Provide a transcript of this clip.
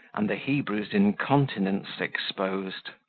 and the hebrew's incontinence exposed.